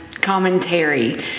commentary